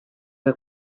che